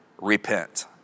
repent